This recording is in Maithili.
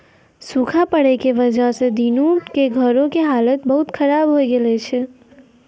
सूखा पड़ै के वजह स दीनू के घरो के हालत बहुत खराब होय गेलो छै